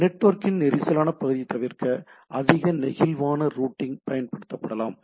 நெட்வொர்க்கின் நெரிசலான பகுதியைத் தவிர்க்க அதிக நெகிழ்வான ரூட்டிங் பயன்படுத்தப்படலாம்